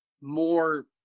more